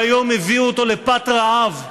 והיום הביאו אותו לפת רעב,